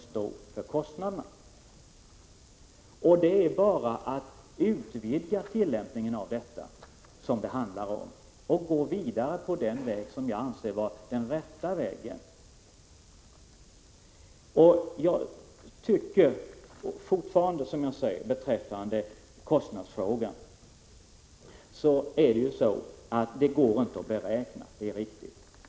Vad det handlar om här är bara att utvidga tillämpningen av denna princip — och gå vidare på den väg som jag anser vara den rätta. Det går inte att beräkna kostnaderna, det är riktigt.